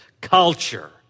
culture